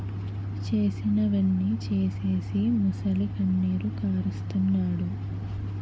చేసినవన్నీ సేసీసి మొసలికన్నీరు కారస్తన్నాడు